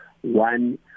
one